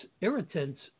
irritants